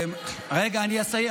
השר ביטון,